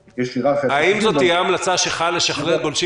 האם זאת תהיה המלצה שלך לשחרר גולשים